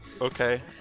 Okay